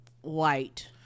White